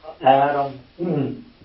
Adam